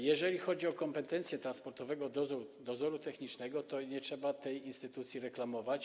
Jeżeli chodzi o kompetencje Transportowego Dozoru Technicznego, to nie trzeba tej instytucji reklamować.